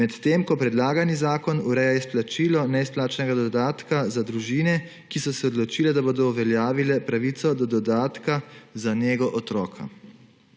medtem ko predlagani zakon ureja izplačilo neizplačanega dodatka za družine, ki so se odločile, da bodo uveljavile pravico do dodatka za nego otroka.